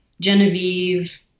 Genevieve